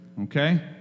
Okay